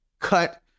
cut